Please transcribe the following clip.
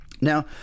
Now